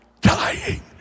dying